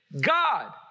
God